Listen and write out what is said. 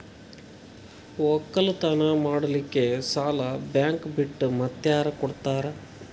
ಒಕ್ಕಲತನ ಮಾಡಲಿಕ್ಕಿ ಸಾಲಾ ಬ್ಯಾಂಕ ಬಿಟ್ಟ ಮಾತ್ಯಾರ ಕೊಡತಾರ?